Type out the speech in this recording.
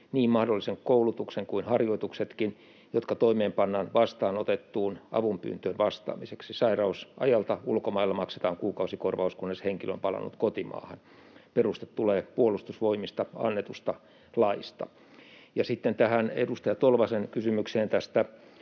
niin mahdollisen koulutuksen kuin harjoituksetkin, jotka toimeenpannaan vastaanotettuun avunpyyntöön vastaamiseksi. Sairausajalta ulkomailla maksetaan kuukausikorvaus, kunnes henkilö on palannut kotimaahan.” Peruste tulee puolustusvoimista annetusta laista. Ja sitten edustaja Tolvasen kysymykseen